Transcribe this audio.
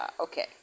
okay